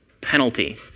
penalty